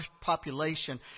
population